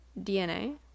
dna